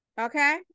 Okay